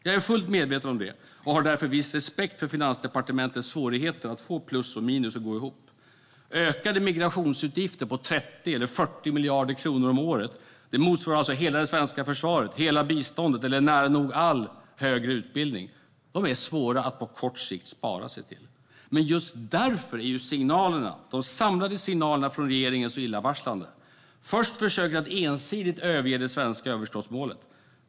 Jag är fullt medveten om det och har därför viss respekt för Finansdepartementets svårigheter att få plus och minus att gå ihop. Ökade migrationsutgifter på 30 eller 40 miljarder kronor om året - det motsvarar hela det svenska försvaret, hela biståndet eller nära nog all högre utbildning - är svåra att på kort sikt spara sig till. Men just därför är de samlade signalerna från regeringen så illavarslande: Först kom försöket att ensidigt överge det svenska överskottsmålet.